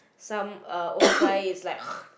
some uh old guy is like